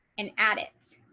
and add it.